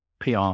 PR